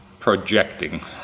projecting